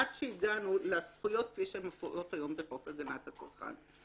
עד שהגענו לזכויות שקבועות היום בחוק הגנת הצרכן.